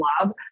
love